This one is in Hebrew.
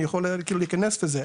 אני יכול להיכנס לזה,